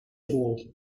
all